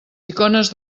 icones